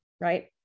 right